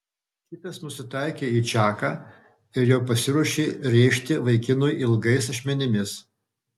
kitas nusitaikė į čaką ir jau pasiruošė rėžti vaikinui ilgais ašmenimis